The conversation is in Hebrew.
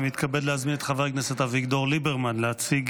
אני מתכבד להזמין את חבר הכנסת אביגדור ליברמן להציג